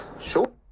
Sure